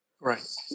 Right